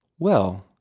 well!